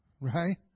Right